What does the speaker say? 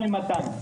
למעלה מ-200.